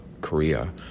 Korea